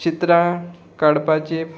चित्रां काडपाची